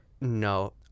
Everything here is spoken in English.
no